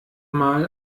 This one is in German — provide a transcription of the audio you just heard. mal